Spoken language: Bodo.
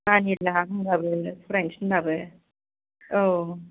मानिला होनबाबो फरायनो थिनबाबो औ